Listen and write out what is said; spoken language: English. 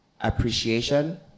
appreciation